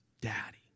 Daddy